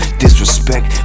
disrespect